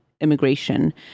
immigration